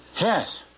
Yes